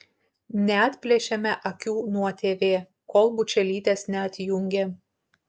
neatplėšėme akių nuo tv kol bučelytės neatjungė